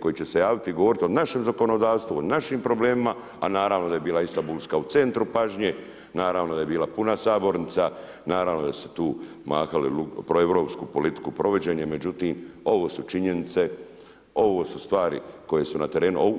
koji će se javiti i govoriti o našem zakonodavstvu, o našim problemima, a naravno da je bila Istanbulska u centru pažnje, naravno da je bila puna sabornica, naravno da su tu mahali tu proeuropsku politiku provođenje, međutim ovo su činjenice, ovo su stvari koje su na terenu.